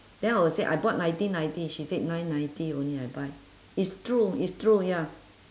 then I will say I bought nineteen ninety she said nine ninety only I buy it's true it's true ya